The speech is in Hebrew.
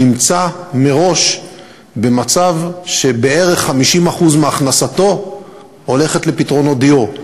נמצא מראש במצב שבערך 50% מהכנסתו הולכת לפתרונות דיור.